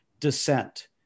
dissent